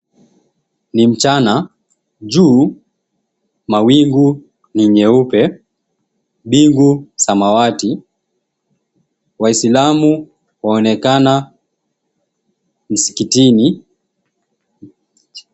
Ni mchana, juu mawingu ni nyeupe, mbingu samawati, waislamu waonekana msikitini.